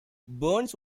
burns